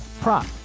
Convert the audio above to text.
prop